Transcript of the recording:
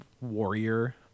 warrior